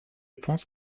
pense